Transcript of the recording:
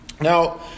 Now